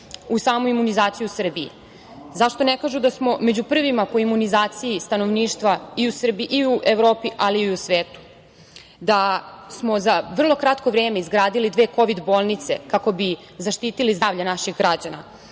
o samoj imunizaciji u Srbiji? Zašto ne kažu da smo među prvima po imunizaciji stanovništva i u Srbiji i u Evropi, ali i u svetu, da smo za vrlo kratko vreme izgradili dve kovid bolnice kako bi zaštitili zdravlje naših građana,